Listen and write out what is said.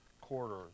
quarter